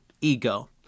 ego